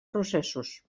processos